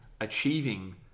Achieving